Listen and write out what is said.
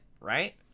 Right